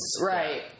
Right